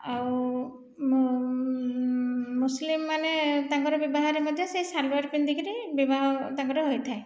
ଆଉ ମୁଁ ମୁସଲିମମାନେ ତାଙ୍କର ବିବାହରେ ମଧ୍ୟ ସେହି ଶାଲୱାର ପିନ୍ଧିକରି ବିବାହ ତାଙ୍କର ହୋଇଥାଏ